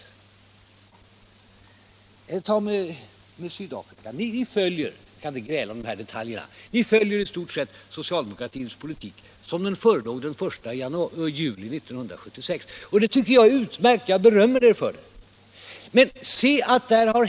När det gäller Sydafrika — jag skall inte gräla om detaljer — så följer ni i stort sett den socialdemokratiska politik som förelåg den 1 juli 1976. Det tycker jag är utmärkt, jag berömmer er för det.